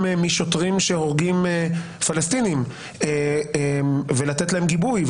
משוטרים שהורגים פלסטינים ולתת להם גיבוי,